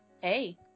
Hey